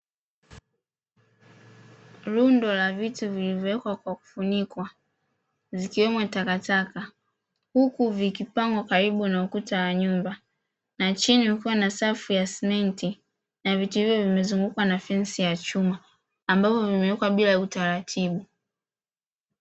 Rundo la vitu vilivyowekwa kwa kufunikwa zikiwemo takataka huku vikipangwa karibu na ukuta wa nyumba, na chini kukiwa na safu ya simenti na vitu hivyo vimezungukaa na fensi ya chuma, ambavyo vimewekwa bila utaratibu.